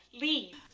leave